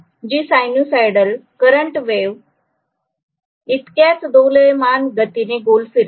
जी sinusoidal current wave इतक्याच दोलायमान गतीने गोल फिरते